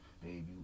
Baby